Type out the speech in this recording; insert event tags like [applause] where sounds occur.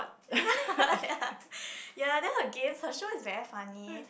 ya [laughs] ya then her game her show is very funny